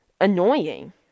annoying